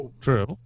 True